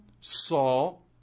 Saul